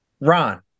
Ron